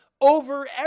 over